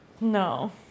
No